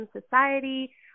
Society